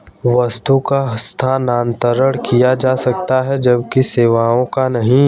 वस्तु का हस्तांतरण किया जा सकता है जबकि सेवाओं का नहीं